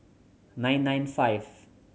nine nine five